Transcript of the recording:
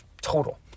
total